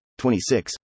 26